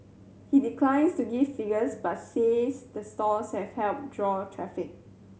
he declines to give figures but says the stores have helped draw traffic